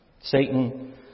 Satan